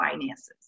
finances